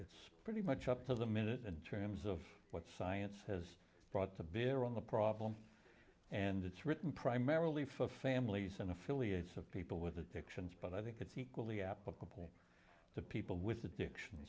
it's pretty much up to the minute in terms of what science has brought to bear on the problem and it's written primarily for families and affiliates of people with addictions but i think it's equally applicable to people with addiction